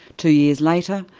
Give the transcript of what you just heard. two years later,